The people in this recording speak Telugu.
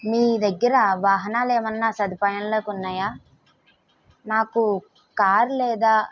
మీ దగ్గర వాహనాలు ఏమన్నా సదుపాయంలోకున్నాయా నాకు కారు లేదా